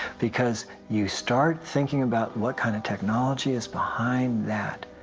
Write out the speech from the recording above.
because you start thinking about what kind of technology is behind that.